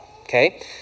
okay